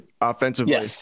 offensively